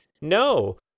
No